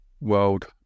world